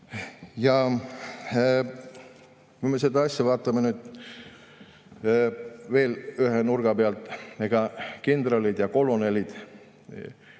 kui me seda asja vaatame veel ühe nurga pealt, ega kindralite ja kolonelide